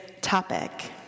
topic